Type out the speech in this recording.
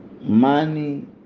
money